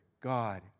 God